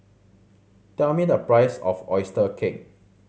tell me the price of oyster cake